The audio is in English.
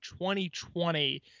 2020